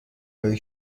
های